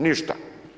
Ništa.